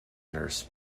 nurse